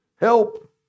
help